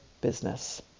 business